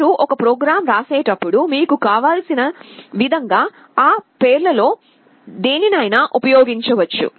మీరు ఒక ప్రోగ్రామ్ రాసేటప్పుడు మీకు కావలసిన విధంగా ఆ పేర్లలో దేనినైనా ఉపయోగించవచ్చు